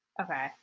Okay